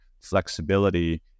flexibility